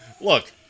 look